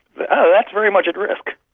that's very much at risk.